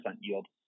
yield